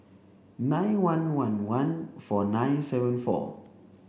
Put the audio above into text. nine one one one four nine seven four